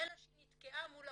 אלא שהיא נתקעה מול האוצר.